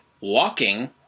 walking